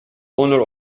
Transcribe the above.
owner